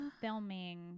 filming